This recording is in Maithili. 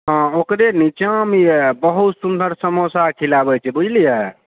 ओकरए नीचामे बहुत सुन्दर समोसा खिलाबै छै बुझलिये